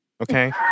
Okay